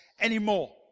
anymore